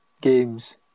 games